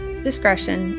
Discretion